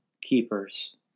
keepers